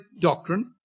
doctrine